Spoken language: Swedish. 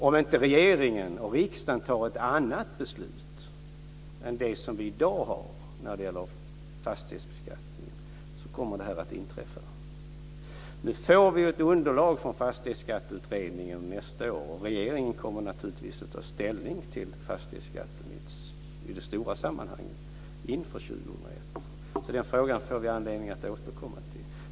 Om inte regeringen och riksdagen tar ett annat beslut än det som gäller i dag för fastighetsbeskattningen kommer detta att inträffa. Vi får ett underlag från Fastighetsskatteutredningen nästa år, och regeringen kommer naturligtvis att ta ställning till frågan om fastighetsskatten i det stora sammanhanget inför 2001. Den frågan får vi anledning att återkomma till.